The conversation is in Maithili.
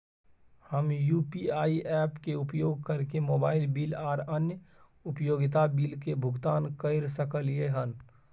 हम यू.पी.आई ऐप्स के उपयोग कैरके मोबाइल बिल आर अन्य उपयोगिता बिल के भुगतान कैर सकलिये हन